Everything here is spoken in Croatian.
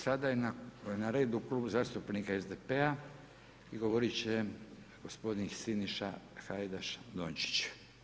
Sada je na redu Klub zastupnika SDP-a i govoriti će gospodin Siniša Hajdaš-Dončić.